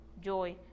joy